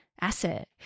asset